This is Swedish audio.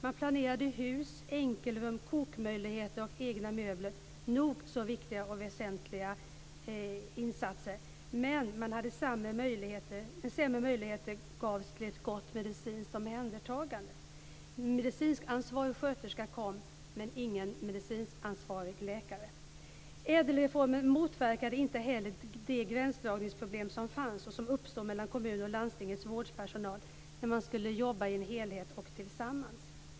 Man planerade hus, enkelrum, kokmöjligheter och egna möbler - nog så viktiga och väsentliga insatser - men sämre möjligheter gavs till ett gott medicinskt omhändertagande. En medicinskt ansvarig sköterska kom, men ingen medicinskt ansvarig läkare. Ädelreformen motverkade inte heller de gränsdragningsproblem som uppstod mellan kommunens och landstingets vårdpersonal när man skulle jobba i en helhet och tillsammans.